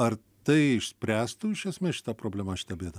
ar tai išspręstų iš esmės šitą problemą šitą bėdą